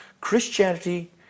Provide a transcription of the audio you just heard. Christianity